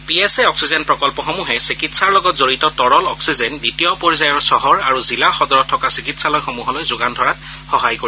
P S A oxygen প্ৰকল্পসমূহে চিকিৎসাৰ লগত জড়িত তৰল অক্সিজেন দ্বিতীয় পৰ্যায়ৰ চহৰ আৰু জিলা সদৰত থকা চিকিৎসাসমূহলৈ যোগান ধৰাত সহায় কৰিব